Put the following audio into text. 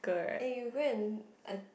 eh you go and uh